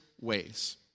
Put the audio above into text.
ways